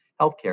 healthcare